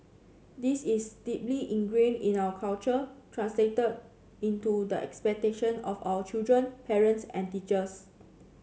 this is deeply ingrained in our culture translated into the expectation of our children parents and teachers